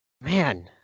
Man